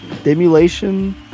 Stimulation